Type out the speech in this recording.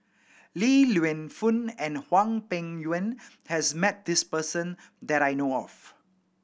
Li Lienfung and Hwang Peng Yuan has met this person that I know of